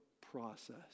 process